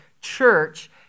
church